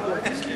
התש"ע